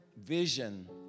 vision